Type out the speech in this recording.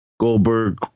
Goldberg